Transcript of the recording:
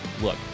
Look